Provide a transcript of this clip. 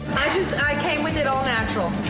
i just, i came with it all natural.